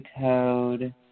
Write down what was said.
code